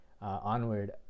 onward